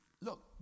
Look